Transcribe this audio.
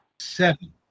Seven